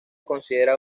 considera